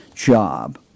job